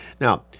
Now